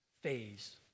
phase